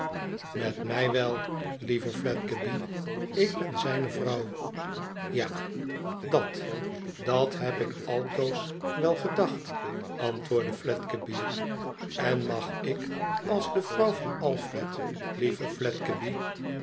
met mij wel lieve fledgeby ik ben zijne vrouw ja dat dat heb ik altoos wel gedacht antwoordde fledgeby en mag ik als de vrouw van alfred lieve